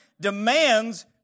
demands